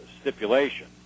stipulation